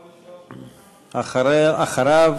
אחריו,